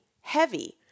heavy